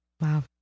Wow